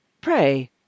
Pray